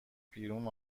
بیرون